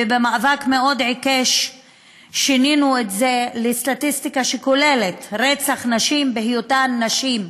ובמאבק מאוד עיקש שינינו את זה לסטטיסטיקה שכוללת רצח נשים בהיותן נשים,